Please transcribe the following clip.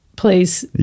Please